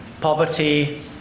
poverty